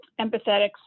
empathetics